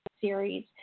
series